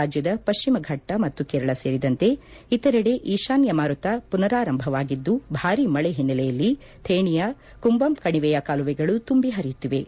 ರಾಜ್ಯದ ಪಶ್ವಿಮ ಫಟ್ನ ಮತ್ತು ಕೇರಳ ಸೇರಿದಂತೆ ಇತರೆದೆ ಈಶಾನ್ಯ ಮಾರುತ ಪುನರಾರಂಭವಾಗಿದ್ದು ಭಾರೀ ಮಳೆ ಹಿನ್ನೆಲೆಯಲ್ಲಿ ಥೇಣಿಯ ಕುಂಬಂ ಕಣಿವೆಯ ಕಾಲುವೆಗಳು ತುಂಬಿ ಹರಿಯುತ್ತಿವೆ